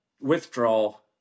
withdrawal